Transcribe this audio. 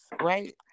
right